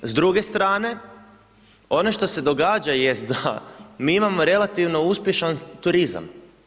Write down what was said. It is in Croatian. S druge strane, ono što se događa jest da mi imamo relativno uspješan turizam.